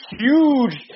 huge